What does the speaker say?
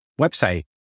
website